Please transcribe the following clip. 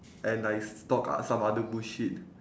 and I s~ talk o~ some other bullshit